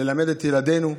ללמד את ילדינו,